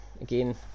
again